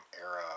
era